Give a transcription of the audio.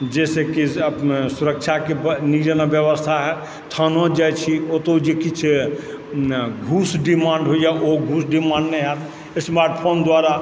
जैसेकि सुरक्षाके नीक जकाँ व्यवस्था होयत थानो जाइ छी ओतय जे किछु घूस डिमाण्ड होइया ओ घूस डिमाण्ड नहि होयत स्मार्टफोन द्वारा